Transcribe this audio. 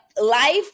life